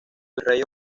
virrey